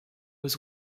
was